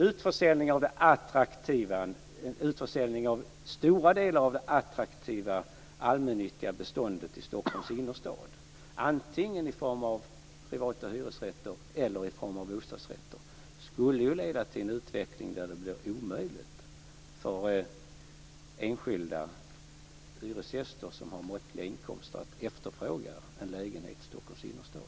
En utförsäljning av stora delar av det attraktiva allmännyttiga beståndet i Stockholms innerstad, antingen i form av privata hyresrätter eller i form av bostadsrätter, skulle ju leda till en utveckling där det blir omöjligt för enskilda hyresgäster som har måttliga inkomster att efterfråga en lägenhet i Stockholms innerstad.